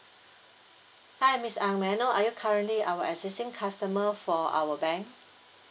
hi miss ang may I know are you currently our existing customer for our bank